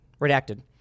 redacted